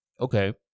okay